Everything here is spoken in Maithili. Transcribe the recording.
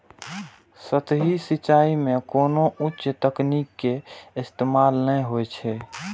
सतही सिंचाइ मे कोनो उच्च तकनीक के इस्तेमाल नै होइ छै